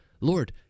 Lord